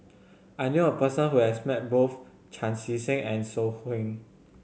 I knew a person who has met both Chan Chee Seng and So Heng